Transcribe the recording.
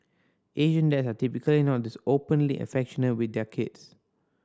Asian dad are typically not this openly affectionate with their kids